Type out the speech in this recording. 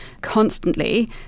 constantly